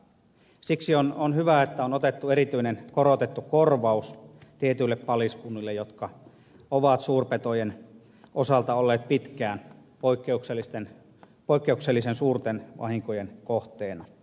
siksi on hyvä että on otettu erityinen korotettu korvaus tietyille paliskunnille jotka ovat suurpetojen osalta olleet pitkään poikkeuksellisen suurten vahinkojen kohteena